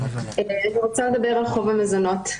אני רוצה לדבר על חוב המזונות.